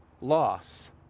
Loss